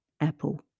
apple